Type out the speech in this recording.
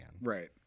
Right